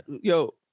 yo